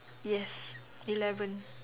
yes eleven